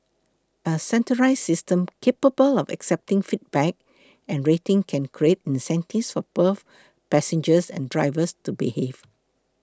a centralised system capable of accepting feedback and rating can create incentives for both passengers and drivers to behave